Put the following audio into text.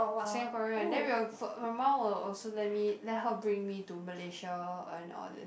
Singaporean then we will put my mum will also let me let her bring me to Malaysia and all